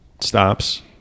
stops